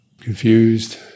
confused